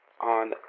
On